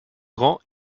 grands